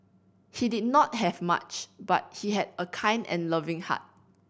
he did not have much but he had a kind and loving heart